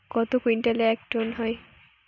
কত কুইন্টালে এক টন হয়?